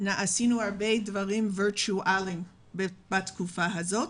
עשינו הרבה דברים וירטואליים בתקופה הזו,